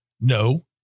No